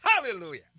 Hallelujah